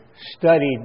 studied